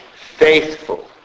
faithful